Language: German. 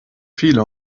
viele